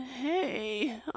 Hey